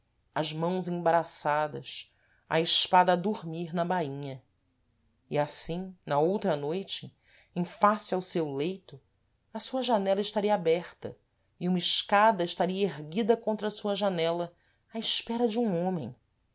as mãos embaraçadas a espada a dormir na bainha e assim na outra noite em face ao seu leito a sua janela estaria aberta e uma escada estaria erguida contra a sua janela à espera de um homem